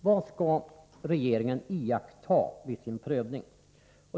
Vad skall regeringen iaktta vid sin prövning?